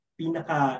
pinaka